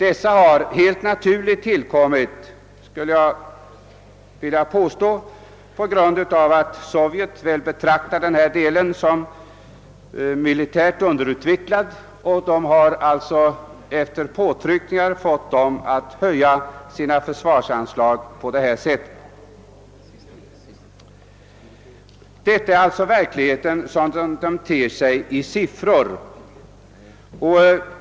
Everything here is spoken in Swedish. Dessa ökningar har helt naturligt tillkommit — skulle jag vilja påstå på grund av att Sovjet torde betrakta denna del av Warszawapakten som militärt underutvecklad och alltså genom påtryckningar har fått dessa länder att höja sina försvarsanslag på detta sätt. Detta är alltså verkligheten som den ter sig i siffror.